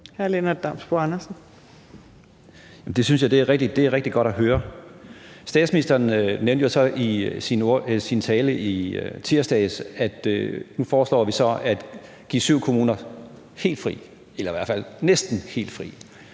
Det synes jeg er rigtig godt at høre. Statsministeren nævnte jo så i sin tale i tirsdags, at vi nu foreslår at sætte syv kommuner helt fri, eller i hvert fald næsten helt fri,